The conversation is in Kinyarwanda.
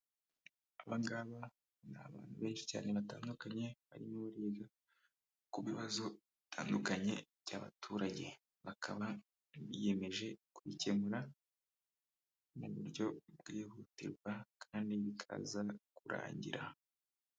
Aba ngaba, ni abantu benshi cyane batandukanye, barimo bariga ku bibazo bitandukanye by'abaturage, bakaba biyemeje kubikemura, mu buryo bwihutirwa, kandi bikaza kurangira.